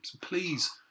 Please